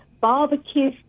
barbecue